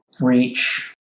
reach